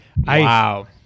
Wow